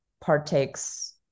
partakes